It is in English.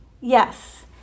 Yes